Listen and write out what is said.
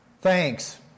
Thanks